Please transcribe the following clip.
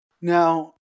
Now